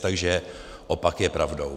Takže opak je pravdou.